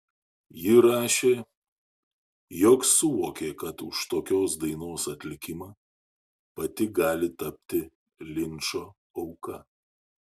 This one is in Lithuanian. ji rašė jog suvokė kad už tokios dainos atlikimą pati gali tapti linčo auka